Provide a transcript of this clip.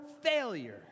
failure